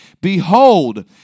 Behold